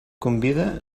convida